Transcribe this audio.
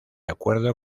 acuerdo